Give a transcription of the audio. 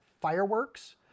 fireworks